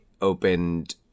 opened